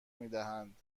میدهند